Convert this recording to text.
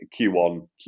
Q1